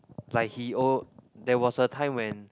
like he al~ there was a time when